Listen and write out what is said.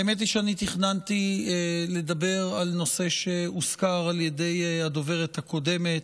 האמת היא שאני תכננתי לדבר על נושא שהוזכר על ידי הדוברת הקודמת,